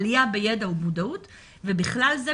עלייה בידע ובמודעות ובכלל זה,